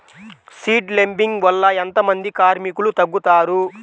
Seed లేంబింగ్ వల్ల ఎంత మంది కార్మికులు తగ్గుతారు?